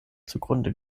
zugrunde